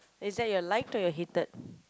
is that your like or your hated